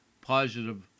positive